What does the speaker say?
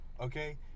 Okay